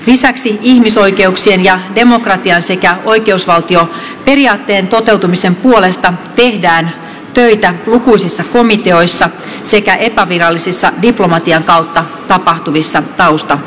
lisäksi ihmisoikeuksien ja demokratian sekä oikeusvaltioperiaatteen toteutumisen puolesta tehdään töitä lukuisissa komiteoissa sekä epävirallisissa diplomatian kautta tapahtuvissa taustakeskusteluissa